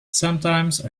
sometimes